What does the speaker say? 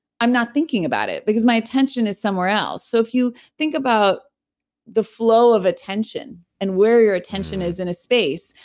i'm not thinking about it. because my attention is somewhere else. so if you think about the flow of attention, and where your attention is in a space,